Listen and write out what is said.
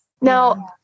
Now